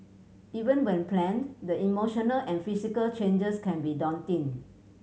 even when planned the emotional and physical changes can be daunting